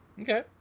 Okay